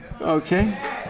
Okay